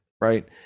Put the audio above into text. right